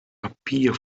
appear